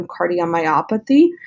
cardiomyopathy